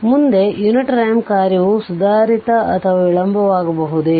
ಆದ್ದರಿಂದ ಮುಂದೆ unit ramp ಕಾರ್ಯವು ಸುಧಾರಿತ ಅಥವಾ ವಿಳಂಬವಾಗಬಹುದೇ